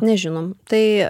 nežinom tai